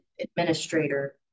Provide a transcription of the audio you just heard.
administrator